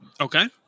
Okay